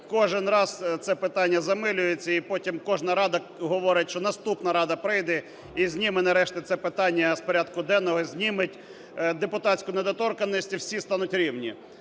кожен раз це питання замилюється, і потім кожна Рада говорить, що наступна Рада прийде і зніме нарешті це питання з порядку денного, зніме депутатську недоторканність, і всі стануть рівні.